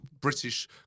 British